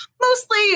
mostly